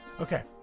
Okay